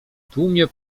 tłumie